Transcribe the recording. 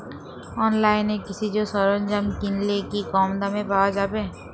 অনলাইনে কৃষিজ সরজ্ঞাম কিনলে কি কমদামে পাওয়া যাবে?